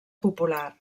popular